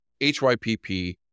HYPP